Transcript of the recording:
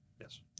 Yes